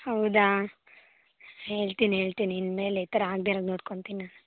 ಹೌದಾ ಹೇಳ್ತೀನಿ ಹೇಳ್ತೀನಿ ಇನ್ನು ಮೇಲೆ ಈ ಥರ ಆಗದೆ ಇರೋ ಹಾಗೆ ನೋಡ್ಕೊತೀನಿ